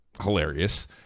hilarious